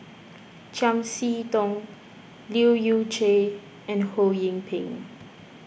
Chiam See Tong Leu Yew Chye and Ho Yee Ping